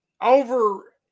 over